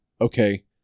Okay